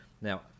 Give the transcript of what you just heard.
Now